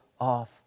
off